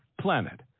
planet